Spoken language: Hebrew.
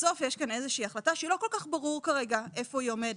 בסוף יש כאן איזה שהיא החלטה שלא כל כך ברור כרגע איפה היא עומדת,